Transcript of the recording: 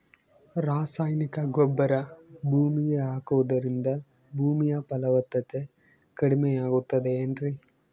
ರಾಸಾಯನಿಕ ಗೊಬ್ಬರ ಭೂಮಿಗೆ ಹಾಕುವುದರಿಂದ ಭೂಮಿಯ ಫಲವತ್ತತೆ ಕಡಿಮೆಯಾಗುತ್ತದೆ ಏನ್ರಿ?